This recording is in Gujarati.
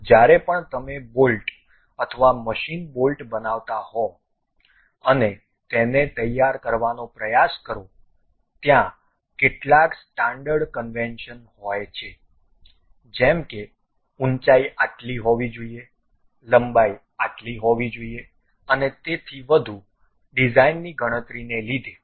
જ્યારે પણ તમે બોલ્ટ અથવા મશીન બોલ્ટ બનાવતા હો અને તેને તૈયાર કરવાનો પ્રયાસ કરો ત્યાં કેટલાક સ્ટાન્ડર્ડ કન્વેન્શન હોય છે જેમ કે ઉંચાઇ આટલી હોવી જોઈએ લંબાઈ આટલી હોવી જોઈએ અને તેથી વધુ ડિઝાઇનની ગણતરીને લીધે